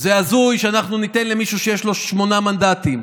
זה הזוי שאנחנו ניתן למישהו שיש לו שמונה מנדטים.